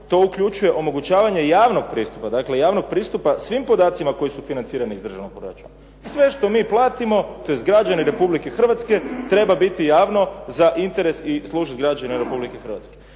to uključuje omogućavanje javnog pristupa svim podacima koji su financiranih iz državnog proračuna, sve što mi platimo tj. građani Republike Hrvatske treba biti javno za interes i služiti građane Republike Hrvatske.